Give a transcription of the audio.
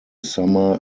summer